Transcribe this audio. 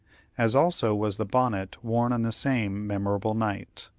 as also was the bonnet worn on the same memorable night.